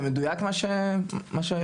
זה מדויק מה שיושב הראש אמר?